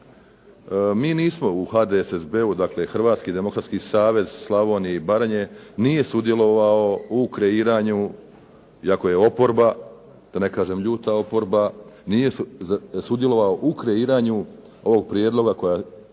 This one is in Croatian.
Mi nismo u HDSSB-u, dakle Hrvatski demokratski savez Slavonije i Baranje nije sudjelovao u kreiranju, iako je oporba, da ne kažem ljuta oporba, nije sudjelovao u kreiranju ovog prijedloga kojega